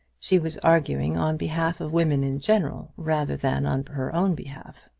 she was arguing on behalf of women in general rather than on her own behalf.